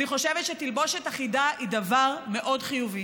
אני חושבת שתלבושת אחידה היא דבר מאוד חיובי.